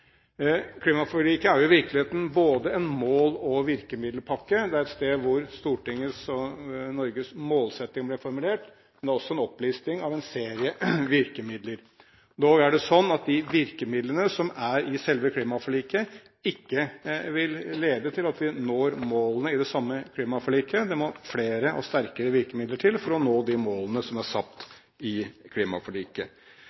Klimaforliket er i virkeligheten både en mål- og en virkemiddelpakke. Det er her Stortingets og Norges målsetting ble formulert, men det er også en opplisting av en serie virkemidler. Dog er det sånn at de virkemidlene som er i selve klimaforliket, ikke vil lede til at vi når målene i det samme klimaforliket. Det må flere og sterkere virkemidler til for å nå de målene som er